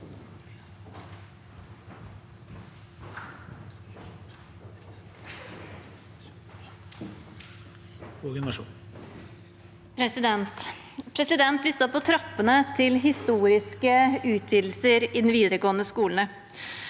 Vi står på trappene til historiske utvidelser i den videregående skolen.